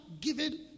given